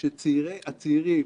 שהצעירים